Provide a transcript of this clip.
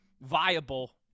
viable